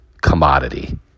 commodity